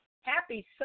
Happy